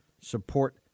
support